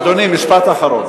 אדוני, משפט אחרון.